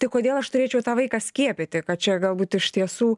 tai kodėl aš turėčiau tą vaiką skiepyti kad čia galbūt iš tiesų